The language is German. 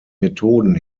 methoden